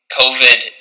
COVID